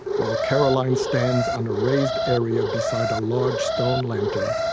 while caroline stands on a raised area beside a large stone lantern,